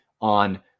on